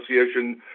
Association